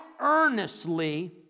earnestly